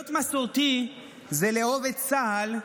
להיות מסורתי זה לאהוב את צה"ל,